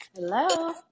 Hello